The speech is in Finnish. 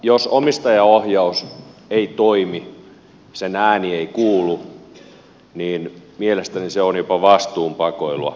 jos omistajaohjaus ei toimi sen ääni ei kuulu niin mielestäni se on jopa vastuun pakoilua